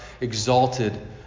exalted